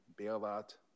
bailout